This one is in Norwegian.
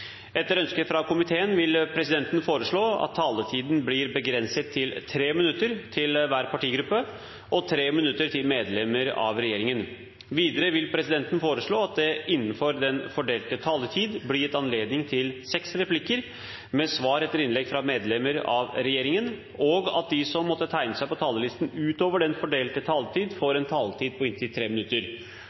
Etter ønske fra næringskomiteen vil presidenten foreslå at taletiden blir begrenset til 3 minutter til hver partigruppe og 3 minutter til medlemmer av regjeringen. Videre vil presidenten foreslå at det – innenfor den fordelte taletid – blir gitt anledning til inntil seks replikker med svar etter innlegg fra medlemmer av regjeringen, og at de som måtte tegne seg på talerlisten utover den fordelte taletid, får en taletid på inntil 3 minutter.